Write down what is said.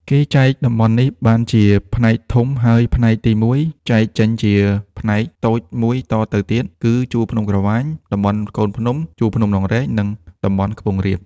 គេចែកតំបន់នេះបានជាផ្នែកធំ ហើយផ្នែកទីមួយ១ ចែកចេញជាផ្នែក តូច១តទៅទៀត គឺ ជួរភ្នំក្រវាញ តំបន់កូនភ្នំ ជួរភ្នំដងរែក និង តំបន់ខ្ពង់រាប ។